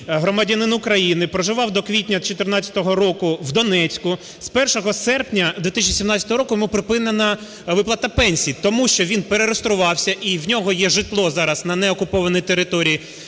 громадянин України, проживав до квітня 14-го року в Донецьку. З 1 серпня 2017 року йому припинена виплата пенсії, тому що він перереєструвався і в нього є житло зараз на неокупованій території,